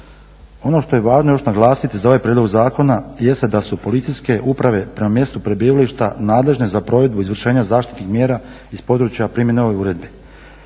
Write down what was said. Ono što je važno još naglasiti za ovaj prijedlog zakona jeste da su policijske uprave prema mjestu prebivališta nadležne za provedbu izvršenja zaštitnih mjera iz područja primjene ovih uredbi.